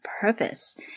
purpose